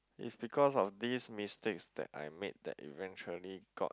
it's because of these mistakes that I made that eventually got